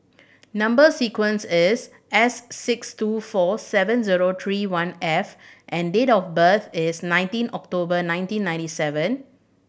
number sequence is S six two four seven zero three one F and date of birth is nineteen October nineteen ninety seven